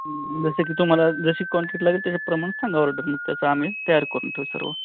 जसं की तुम्हाला जशी क्वांटिटी लागेल त्याच्याप्रमाणे सांगा ऑर्डर मग त्याचा आम्ही तयार करून ठेवू सर्व